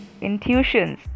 intuitions